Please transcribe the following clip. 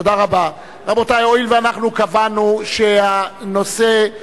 נעבור עכשיו להצבעה על הצעת חוק הגנת הצרכן